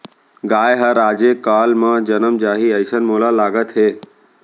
गाय हर आजे काल म जनम जाही, अइसन मोला लागत हे